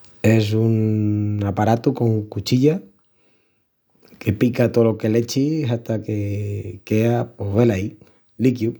Es un aparatu con cuchillas que pica tolo que l'echis hata que quea pos velaí, líquiu.